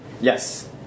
Yes